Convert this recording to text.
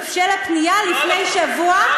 בשל הפנייה לפני שבוע.